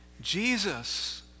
Jesus